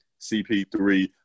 CP3